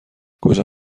کجا